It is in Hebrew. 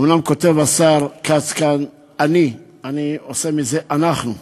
אומנם כותב השר כץ "אני"; אני עושה מזה "אנחנו":